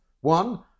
one